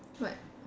what